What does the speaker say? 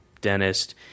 dentist –